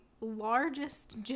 largest